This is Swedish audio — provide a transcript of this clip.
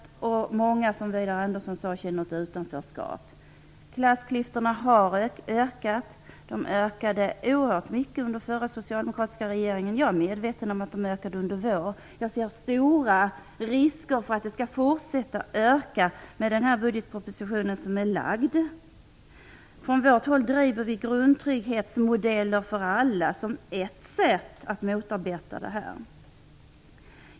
Som Vidar Andersson sade känner många ett utanförskap. Klassklyftorna har ökat. De ökade oerhört mycket under förra socialdemokratiska regeringen. Jag är medveten om att de ökade under vår regeringsperiod. Jag ser stora risker för att de skall fortsätta öka till följd av den budgetproposition som har lagts fram. Från vårt håll driver vi krav på grundtrygghetsmodeller för alla som ett sätt att motarbeta klassklyftorna.